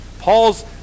Paul's